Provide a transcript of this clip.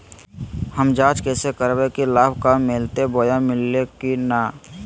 हम जांच कैसे करबे की लाभ कब मिलते बोया मिल्ले की न?